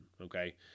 Okay